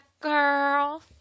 girl